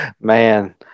man